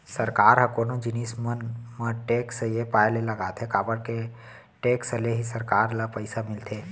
सरकार ह कोनो जिनिस मन म टेक्स ये पाय के लगाथे काबर के टेक्स ले ही सरकार ल पइसा मिलथे